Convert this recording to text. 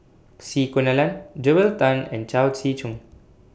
C Kunalan Joel Tan and Chao Tzee Cheng